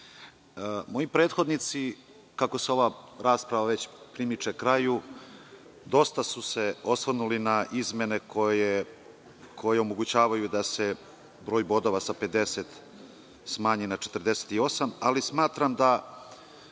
moji prethodnici, kako se ova rasprava već primiče kraju, dosta su se osvrnuli na izmene koje omogućavaju da se broj bodova sa 50 smanji na 48, ali smatram da